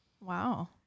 wow